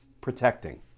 protecting